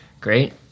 Great